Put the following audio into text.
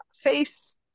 face